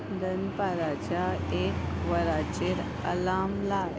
दनपाराच्या एक वराचेर अलार्म लाय